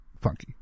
funky